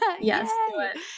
Yes